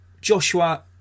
Joshua